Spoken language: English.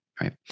right